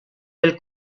del